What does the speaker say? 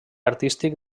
artístic